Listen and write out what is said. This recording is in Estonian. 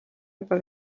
juba